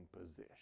position